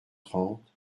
trente